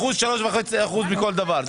1.5% מכל דבר.